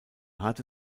hatte